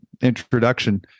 introduction